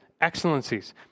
excellencies